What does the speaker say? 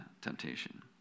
temptation